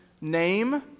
name